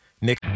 Nick